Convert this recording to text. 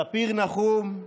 ספיר נחום,